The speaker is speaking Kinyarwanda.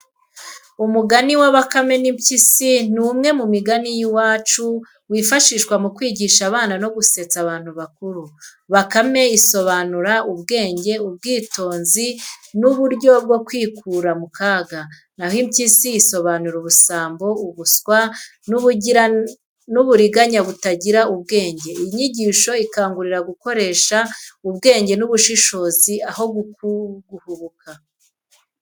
Umugani wa Bakame n’Impyisi ni umwe mu migani y’iwacu wifashishwa mu kwigisha abana no gusetsa abantu bakuru. Bakame isobanura ubwenge, ubwitonzi n’uburyo bwo kwikura mu kaga, naho Impyisi isobanura ubusambo, ubuswa n’uburiganya butagira ubwenge. Iyi nyigisho ikangurira gukoresha ubwenge n’ubushishozi aho guhubuka.